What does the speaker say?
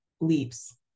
leaps